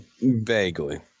vaguely